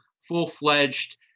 full-fledged